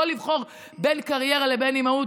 לא לבחור בין קריירה לבין אימהות,